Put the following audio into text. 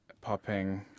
popping